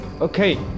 Okay